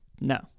No